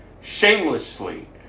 shamelessly